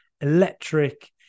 electric